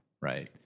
right